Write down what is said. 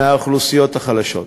מהאוכלוסיות החלשות.